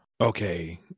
Okay